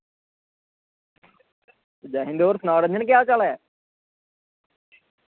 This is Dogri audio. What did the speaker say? जै हिंद होर सनाओ रमन केह् हाल चाल ऐ